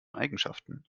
eigenschaften